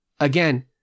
again